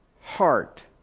heart